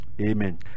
Amen